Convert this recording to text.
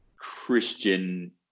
Christian